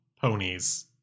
ponies